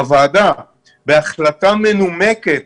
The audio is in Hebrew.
הוועדה, בהחלטה מנומקת,